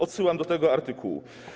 Odsyłam do tego artykułu.